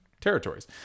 territories